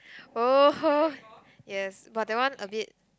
!oho! yes but that one a bit